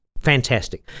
Fantastic